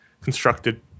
constructed